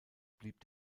blieb